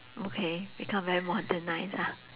okay become very modernised ah